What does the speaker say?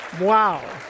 Wow